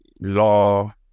Law